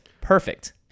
Perfect